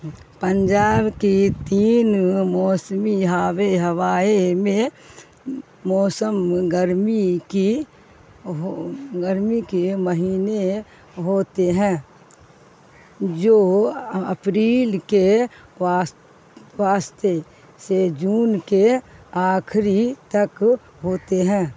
پنجاب کی تین موسمی ہاوے ہوائیں میں موسم گرمی کی ہو گرمی کے مہینے ہوتے ہیں جو اپریل کے وسط واسطے سے جون کے آخری تک ہوتے ہیں